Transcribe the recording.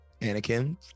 Anakin